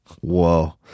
Whoa